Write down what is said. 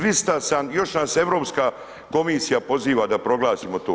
200 sam, još nas Europska komisija poziva da proglasimo to.